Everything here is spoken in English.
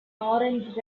orange